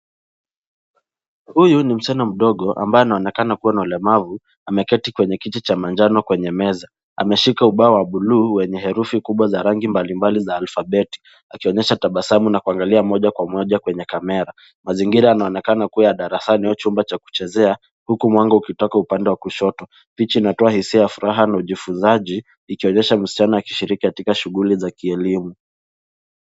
Huyu ni msichana mdogo ambaye anaonekana kuwa na ulemavu. Ameketi kwenye kiti cha manjano kwenye meza, ameshika ubao wa bluu wenye herufi kubwa za rangi mbali mbali za alfabeti, akionyesha tabasamu na kuangalia moja kwa moja kwenye Kamera. Mazingira yanaonekana kuwa ya darasani au chumba cha kuchezea, huku mwanga ukitoka upande wa kushoto. Picha inatoa hisia ya furaha na ujifunzaji ikionesha msichana akishiriki katika shughuli ya kielimu.